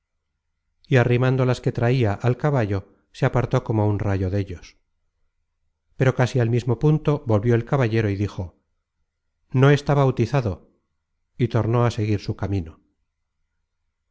y arrimando las que traia al caballo se apartó como un rayo dellos pero casi al mismo punto volvió el caballero y dijo no está bautizado y tornó á seguir su camino